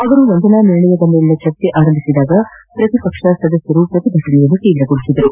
ಅವರು ವಂದನಾ ನಿರ್ಣಯದ ಮೇಲಿನ ಚರ್ಚೆ ಆರಂಭಿಸಿದಾಗ ಪ್ರತಿಪಕ್ಷ ಸದಸ್ಯರು ಪ್ರತಿಭಟನೆ ತೀವ್ರಗೊಳಿಸಿದರು